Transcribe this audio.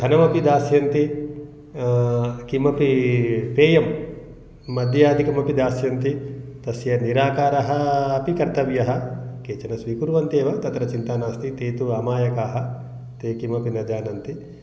धनमपि दास्यन्ति किमपि पेयं मद्यादिकमपि दास्यन्ति तस्य निराकारः अपि कर्तव्यः केचन स्वीकुर्वन्ति एव तत्र चिन्ता नास्ति ते तु अमायकाः ते किमपि न जानन्ति